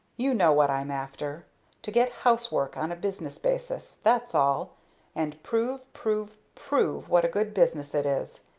you know what i'm after to get housework on a business basis, that's all and prove, prove, prove what a good business it is.